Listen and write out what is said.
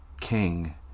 king